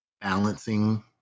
balancing